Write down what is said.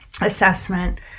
assessment